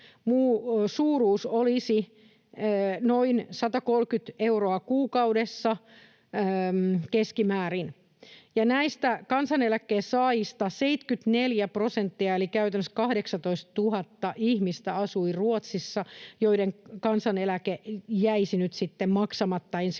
suuruus olisi noin 130 euroa kuukaudessa keskimäärin. Näistä kansaneläkkeen saajista 74 prosenttia eli käytännössä 18 000 ihmistä asui Ruotsissa, ja heidän kansaneläkkeensä jäisi nyt sitten